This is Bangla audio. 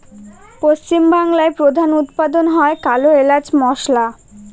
পশ্চিম বাংলায় প্রধান উৎপাদন হয় কালো এলাচ মসলা